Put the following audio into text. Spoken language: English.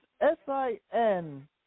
S-I-N